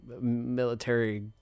military